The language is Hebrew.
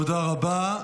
תודה רבה.